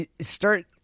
Start